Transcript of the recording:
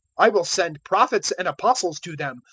i will send prophets and apostles to them,